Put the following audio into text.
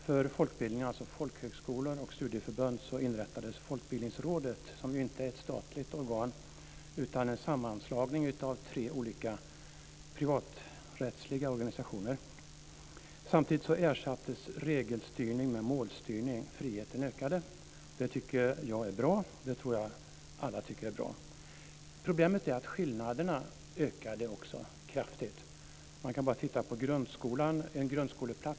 För folkbildningen, alltså folkhögskolor och studieförbund, inrättades Folkbildningsrådet, som ju inte är ett statligt organ utan en sammanslagning av tre olika privaträttsliga organisationer. - friheten ökade. Det tycker jag är bra; det tror jag alla tycker är bra. Problemet är att skillnaderna också ökade kraftigt. Man kan bara titta på grundskolan.